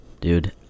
dude